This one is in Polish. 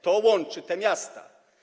To łączy te miasta.